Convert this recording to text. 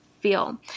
feel